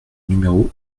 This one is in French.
numéro